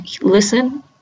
listen